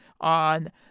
on